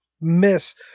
miss